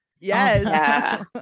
Yes